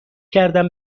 کردن